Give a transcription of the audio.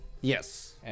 Yes